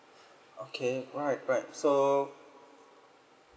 okay right right so